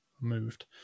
moved